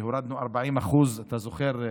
והורדנו 40% אתה זוכר,